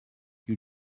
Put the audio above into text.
you